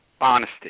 honesty